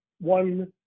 one